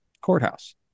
courthouse